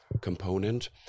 component